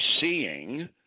seeing